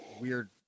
weird